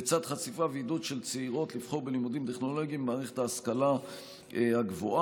לצד חשיפה של צעירות ללימודים טכנולוגיים במערכת ההשכלה הגבוהה